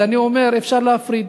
אז אני אומר שאפשר להפריד.